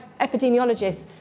epidemiologists